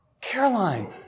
Caroline